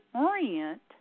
orient